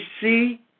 see